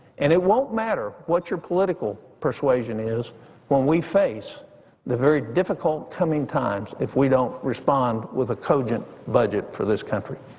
and it won't matter what your political persuasion is when we face the very difficult coming times if we don't respond with a cogent budget for this country.